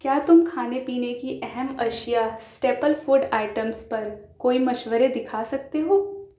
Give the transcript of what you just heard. کیا تم کھانے پینے کی اہم اشیا اسٹپل فوڈ آئٹمس پر کوئی مشورے دکھا سکتے ہو